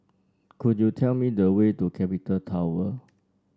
could you tell me the way to Capital Tower